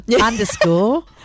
Underscore